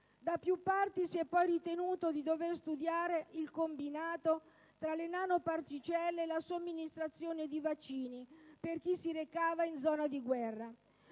Da più parti si è poi ritenuto di dover studiare il combinato tra le nanoparticelle e la somministrazione di vaccini per chi si recava in zona di guerra,